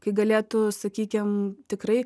kai galėtų sakykim tikrai